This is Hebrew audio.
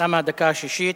תמה הדקה השישית.